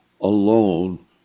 alone